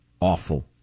awful